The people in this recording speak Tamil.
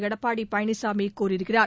எடப்பாடி பழனிசாமி கூறியிருக்கிறார்